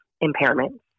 impairment